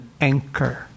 anchor